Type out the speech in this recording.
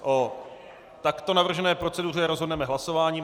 O takto navržené proceduře rozhodneme hlasováním.